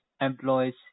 employees